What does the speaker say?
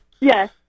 Yes